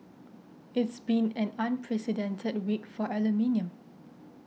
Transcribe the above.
it's been an unprecedented week for aluminium